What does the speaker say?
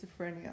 schizophrenia